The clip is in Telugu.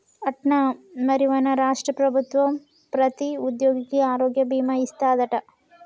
అట్నా మరి మన రాష్ట్ర ప్రభుత్వం ప్రతి ఉద్యోగికి ఆరోగ్య భీమా ఇస్తాదట